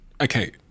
okay